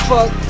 Fuck